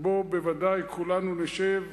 שבו בוודאי כולנו נשב,